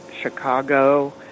Chicago